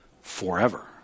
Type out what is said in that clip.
forever